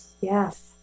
Yes